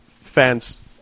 fans